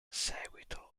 seguito